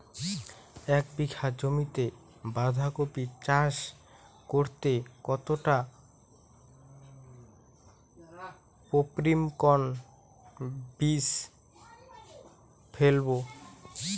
এক বিঘা জমিতে বাধাকপি চাষ করতে কতটা পপ্রীমকন বীজ ফেলবো?